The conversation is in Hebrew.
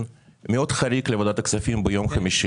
מאוד חריג לוועדת הכספים ביום חמישי.